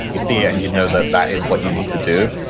you see, and you know that that is what you need to do.